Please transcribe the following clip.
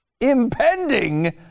Impending